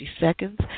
seconds